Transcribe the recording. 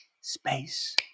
space